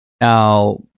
Now